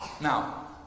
Now